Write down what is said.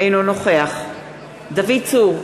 אינו נוכח דוד צור,